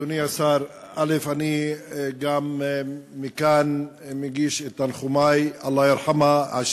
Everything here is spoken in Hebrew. אדוני השר, מכאן אני מגיש את תנחומי, אללה ירחמהא.